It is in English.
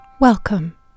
Welcome